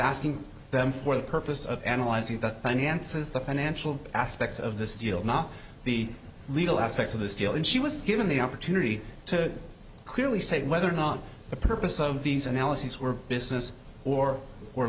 asking them for the purpose of analyzing the finances the financial aspects of this deal not the legal aspects of this deal and she was given the opportunity to clearly say whether or not the purpose of these analyses were business or